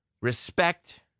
respect